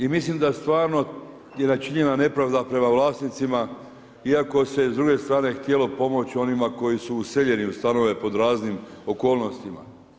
I mislim da je stvarno načinjena nepravda prema vlasnicima iako se s druge strane htjelo pomoć onima koji su useljeni u stanove pod raznim okolnostima.